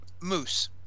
Moose